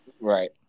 Right